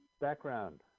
background